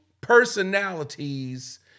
personalities